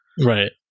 Right